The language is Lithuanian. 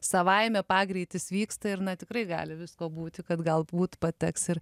savaime pagreitis vyksta ir na tikrai gali visko būti kad galbūt pateks ir